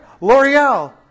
L'Oreal